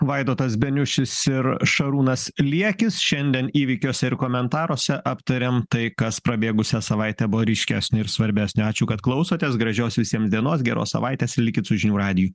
vaidotas beniušis ir šarūnas liekis šiandien įvykiuose ir komentaruose aptariam tai kas prabėgusią savaitę buvo ryškesnio ir svarbesnio ačiū kad klausotės gražios visiem dienos geros savaitės likit su žinių radiju